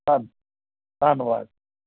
ਧੰਨ ਧੰਨਵਾਦ